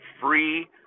free